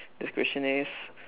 this question is